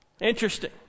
Interesting